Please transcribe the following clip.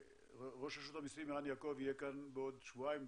ראש רשות המיסים ערך יעקב יהיה כאן בעוד כשבועיים,